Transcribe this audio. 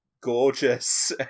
gorgeous